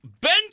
Ben